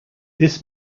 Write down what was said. this